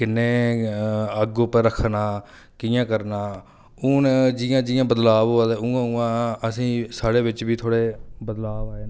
किन्नी अग्ग उप्पर रक्खना कि'यां करना हून जि'यां जि'यां बदलाव होआ दा ऐ उ'आं उ'आं असें ई साढ़े बिच बी थोह्ड़े बदलाव आए न